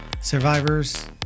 survivors